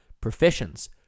Professions